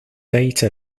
data